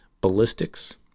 ballistics